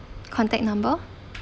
contact number